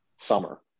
summer